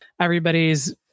everybody's